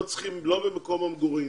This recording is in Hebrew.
לא צריכים לא למקום המגורים